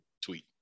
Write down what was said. tweet